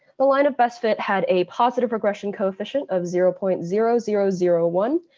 the line of best fit had a positive regression coefficient of zero point zero zero zero one,